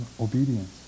obedience